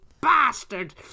bastard